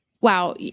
Wow